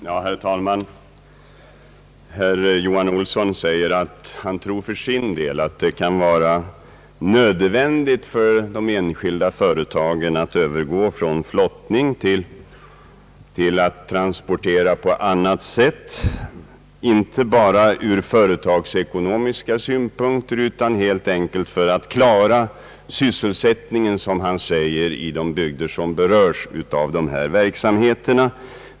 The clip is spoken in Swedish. Herr talman! Herr Johan Olsson säger att han för sin del tror att det kan vara nödvändigt för de enskilda företagen att övergå från flottning till transporter på annat sätt inte bara ur företagsekonomiska synpunkter utan helt enkelt för att klara sysselsättningen i de bygder som berörs av dessa verksamheter.